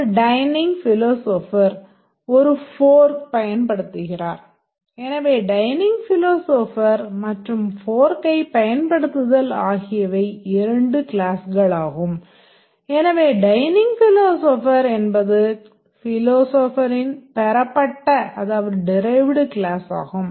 ஒரு dining philosopher க்ளாஸாகும்